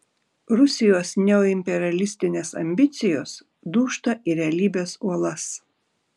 rusijos neoimperialistinės ambicijos dūžta į realybės uolas